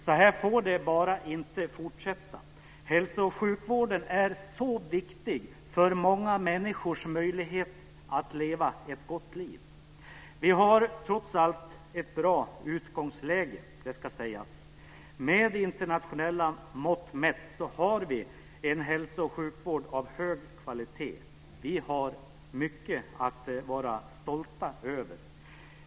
Så här får det bara inte fortsätta! Hälso och sjukvården är så viktig för många människors möjlighet att leva ett gott liv. Det ska sägas att vi trots allt har ett bra utgångsläge. Med internationella mått mätt har vi en hälso och sjukvård av mycket hög kvalitet. Vi har mycket att vara stolta över.